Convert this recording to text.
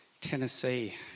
Tennessee